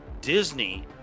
Disney